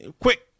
quick